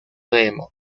demo